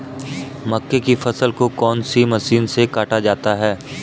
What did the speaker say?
मक्के की फसल को कौन सी मशीन से काटा जाता है?